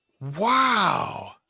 Wow